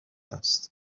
است